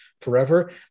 forever